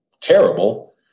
terrible